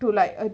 to like uh